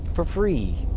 for free.